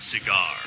Cigar